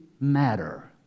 matter